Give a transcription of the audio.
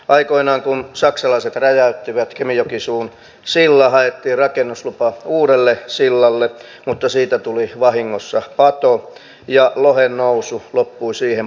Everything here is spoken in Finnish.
aikoinaan kun saksalaiset räjäyttivät kemijokisuun silloin haettiin rakennuslupa uudelle sillalle mutta siitä tuli vahingossa pato ja lohen nousu loppui siihen paikkaan